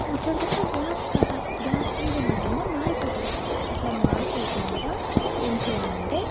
ముచ్చట చెప్తే గ్యాస్ కర గ్యాస్ మీద ఉన్న గిన్నె మాడిపోతుంది అట్లా మాడిపోకుండా ఏం చేయాలంటే